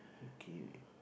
okay